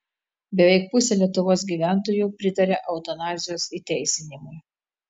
beveik pusė lietuvos gyventojų pritaria eutanazijos įteisinimui